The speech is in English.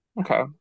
Okay